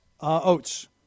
Oats